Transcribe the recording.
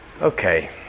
Okay